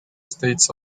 states